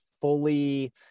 fully